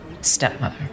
Stepmother